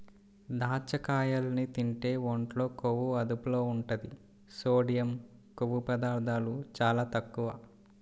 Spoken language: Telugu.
దాచ్చకాయల్ని తింటే ఒంట్లో కొవ్వు అదుపులో ఉంటది, సోడియం, కొవ్వు పదార్ధాలు చాలా తక్కువ